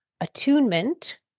attunement